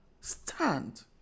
Stand